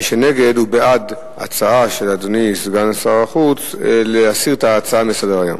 מי שנגד הוא בעד ההצעה של אדוני סגן שר החוץ להסיר את ההצעה מסדר-היום.